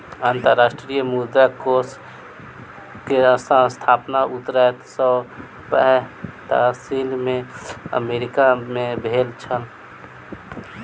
अंतर्राष्ट्रीय मुद्रा कोष के स्थापना उन्नैस सौ पैंतालीस में अमेरिका मे भेल छल